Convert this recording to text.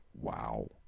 wow